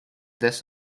this